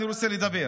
אני רוצה לדבר.